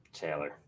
Taylor